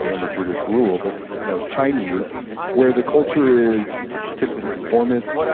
and under british rule, but you know chinese where the culture is typically conformist,